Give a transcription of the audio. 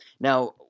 Now